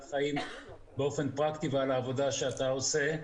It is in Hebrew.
חיים באופן פרקטי ועל העבודה שאתה עושה.